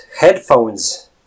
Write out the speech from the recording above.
headphones